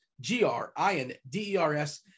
G-R-I-N-D-E-R-S